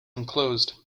enclosed